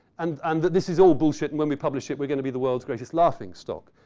and and this is all bullshit and when we publish it we're gonna be the world's greatest laughing stock.